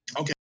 Okay